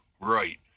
right